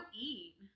eat